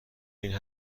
این